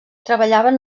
treballaven